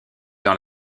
dans